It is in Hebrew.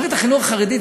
מערכת החינוך החרדית,